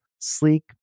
sleek